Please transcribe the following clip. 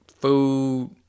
food